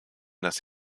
das